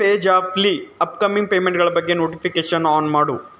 ಪೇಜ್ಆ್ಯಪ್ಲಿ upcoming ಪೇಮೆಂಟ್ಗಳ ಬಗ್ಗೆ notification on ಮಾಡು